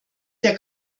der